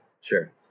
sure